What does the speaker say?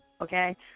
okay